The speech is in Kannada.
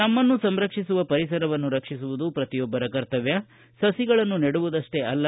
ನಮ್ಮನ್ನು ಸಂರಕ್ಷಿಸುವ ಪರಿಸರವನ್ನು ರಕ್ಷಿಸುವುದು ಪ್ರತಿಯೊಬ್ಬರ ಕರ್ತವ್ಯ ಸಸಿಗಳನ್ನು ನೆಡುವುದಷ್ಟ ಅಲ್ಲ